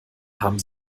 haben